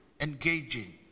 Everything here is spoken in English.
engaging